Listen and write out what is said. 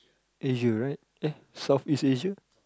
Asia right eh South East Asia